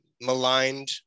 maligned